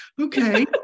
okay